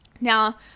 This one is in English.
Now